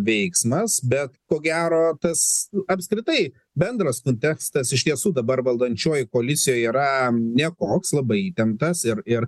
veiksmas bet ko gero tas apskritai bendras kontekstas iš tiesų dabar valdančiojoj koalicijoj yra nekoks labai įtemptas ir ir